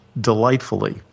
delightfully